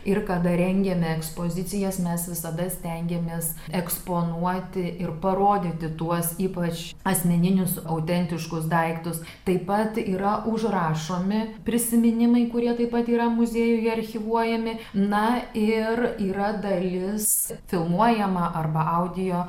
ir kada rengiame ekspozicijas mes visada stengiamės eksponuoti ir parodyti tuos ypač asmeninius autentiškus daiktus taip pat yra užrašomi prisiminimai kurie taip pat yra muziejuje archyvuojami na ir yra dalis filmuojama arba audio